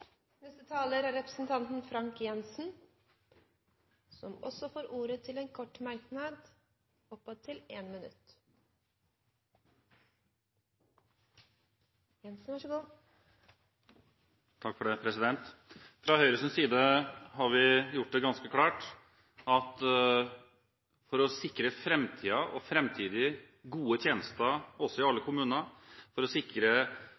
Representanten Frank J. Jenssen har hatt ordet to ganger tidligere og får ordet til en kort merknad, begrenset til 1 minutt. Fra Høyres side har vi gjort det ganske klart at for å sikre framtidige, gode tjenester i alle kommuner for å sikre